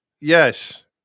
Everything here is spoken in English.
Yes